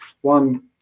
one